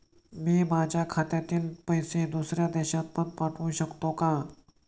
मी माझ्या खात्यातील पैसे दुसऱ्या देशात पण पाठवू शकतो का?